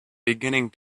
beginning